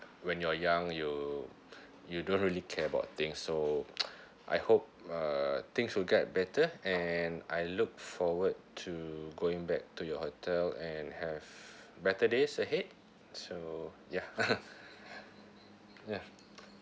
when you're young you you don't really care about things so I hope uh things will get better and I look forward to going back to your hotel and have better days ahead so ya ya